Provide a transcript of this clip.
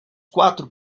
quatro